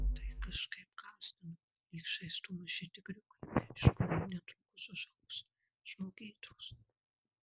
tai kažkaip gąsdino lyg žaistų maži tigriukai iš kurių netrukus užaugs žmogėdros